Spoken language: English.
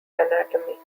anatomy